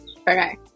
Okay